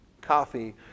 coffee